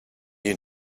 you